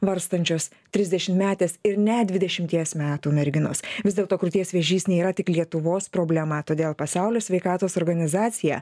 varstančios trisdešimtmetės ir net dvidešimties metų merginos vis dėlto krūties vėžys nėra tik lietuvos problema todėl pasaulio sveikatos organizacija